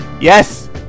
Yes